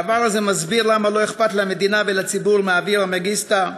הדבר הזה מסביר למה לא אכפת למדינה ולציבור מאברה מנגיסטו,